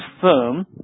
firm